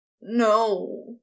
No